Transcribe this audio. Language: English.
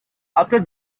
after